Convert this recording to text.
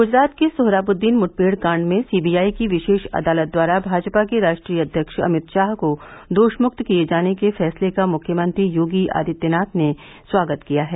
गुजरात के सोहराबुद्दीन मुठभेड़ कांड में सीबीआई की विशेष अदालत द्वारा भाजपा के राष्ट्रीय अध्यक्ष अमित शाह को दोष मुक्त किये जाने के फैसले का मुख्यमंत्री योगी आदित्यनाथ ने स्वागत किया है